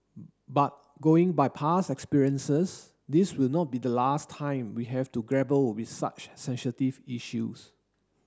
but going by past experiences this will not be the last time we have to grapple with such sensitive issues